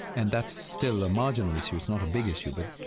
and that's still a marginal issue it's not a big issue. but, you